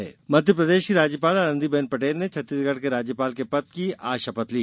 राज्यपाल शपथ मध्यप्रदेश की राज्यपाल आनंदी बेन पटेल ने छत्तीसगढ़ के राज्यपाल के पद की आज शपथ ली